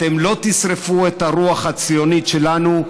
אתם לא תשרפו את הרוח הציונית שלנו.